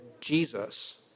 Jesus